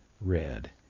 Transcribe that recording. red